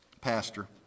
pastor